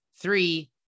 Three